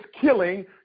killing